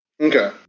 Okay